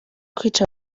kwica